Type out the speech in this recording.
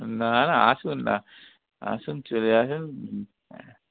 না না আসুন না আসুন চলে আসুন